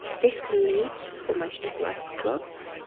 this can lead to the formation of blood clots.